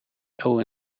owen